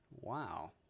Wow